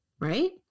right